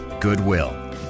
Goodwill